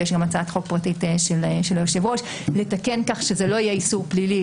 ויש גם הצעת חוק פרטית של היושב-ראש לתקן כך שזה לא יהיה איסור פלילי,